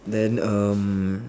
then um